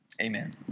Amen